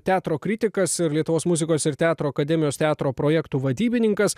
teatro kritikas ir lietuvos muzikos ir teatro akademijos teatro projektų vadybininkas